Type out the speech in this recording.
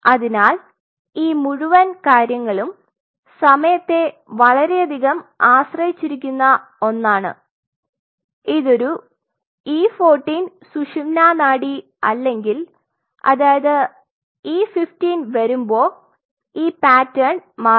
അതിനാൽ ഈ മുഴുവൻ കാര്യങ്ങളും സമയത്തെ വളരെയധികം ആശ്രയിക്കുന്ന ഒന്നാണ് ഇതൊരു E 14 സുഷുമ്നാ നാഡിയല്ലെങ്കിൽ അതായത് E 15 വരുമ്പോ ഈ പാറ്റേൺ മാറും